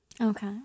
Okay